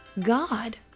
God